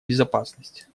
безопасность